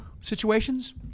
situations